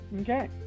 Okay